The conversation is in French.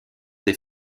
des